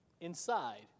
inside